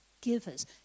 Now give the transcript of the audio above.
givers